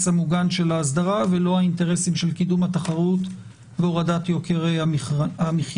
המוגן של ההסדרה ולא האינטרסים של קידום התחרות והורדת יוקר המחיה.